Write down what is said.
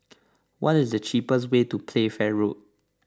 what is the cheapest way to Playfair Road